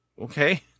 Okay